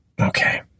Okay